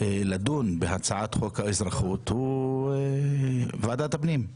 לדון בהצעת חוק האזרחות הוא ועדת הפנים.